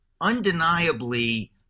undeniably